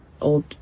old